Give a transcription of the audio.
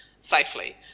safely